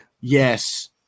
Yes